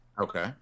Okay